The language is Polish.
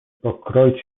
pokroić